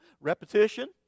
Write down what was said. repetition